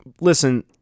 listen